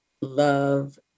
love